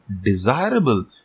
desirable